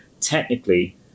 technically